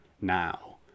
now